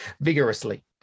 Vigorously